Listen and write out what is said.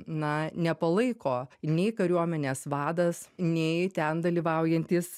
na nepalaiko nei kariuomenės vadas nei ten dalyvaujantys